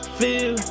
feel